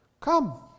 Come